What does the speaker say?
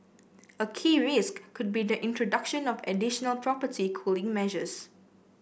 a key risk could be the introduction of additional property cooling measures